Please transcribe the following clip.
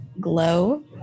glow